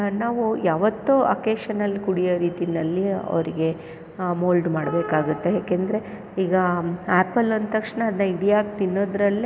ನಾವು ಯಾವತ್ತೋ ಅಕೇಶನಲ್ ಕುಡಿಯೋ ರೀತಿಯಲ್ಲಿ ಅವರಿಗೆ ಮೋಲ್ಡ್ ಮಾಡಬೇಕಾಗತ್ತೆ ಏಕೆಂದ್ರೆ ಈಗ ಆ್ಯಪಲ್ ಅಂದ ತಕ್ಷಣ ಅದನ್ನ ಇಡೀಯಾಗಿ ತಿನ್ನೋದರಲ್ಲೇ